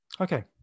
okay